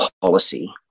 policy